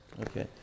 Okay